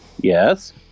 Yes